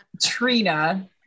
Trina